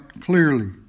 clearly